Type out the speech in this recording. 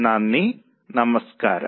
നന്ദി നമസ്കാരം